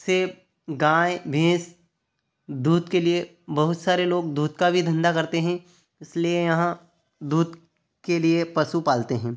से गाय भैंस दूध के लिए बहुत सारे लोग दूध का भी धंधा करते हैँ इसलिए यहाँ दूध के लिए पशु पालते हैं